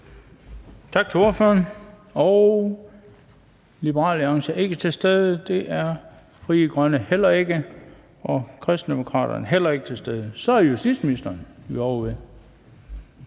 Tak til ordføreren. Liberal Alliance er ikke til stede, det er Frie Grønne heller ikke, og Kristendemokraterne er heller ikke til stede. Så er det justitsministeren, der